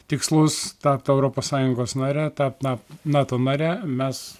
tikslus tapt europos sąjungos nare tapt na nato nare mes